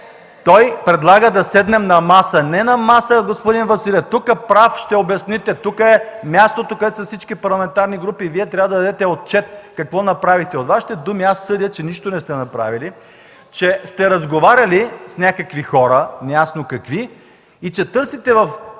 Той предлага да седнем на маса. Не на маса, господин Василев! Тук прав ще обясните. Тук е мястото, където са всички парламентарни групи и Вие трябва да дадете отчет какво направихте. От Вашите думи аз съдя, че нищо не сте направили, че сте разговаряли с някакви хора – неясно какви, и че търсите в